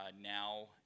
now